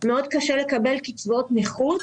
מאוד קשה לקבל קצבאות נכות